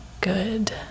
Good